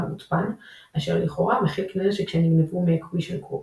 מוצפן אשר לכאורה מכיל כלי נשק שנגנבו מ- Equation Group,